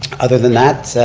other than that,